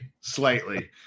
Slightly